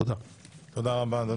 תודה רבה.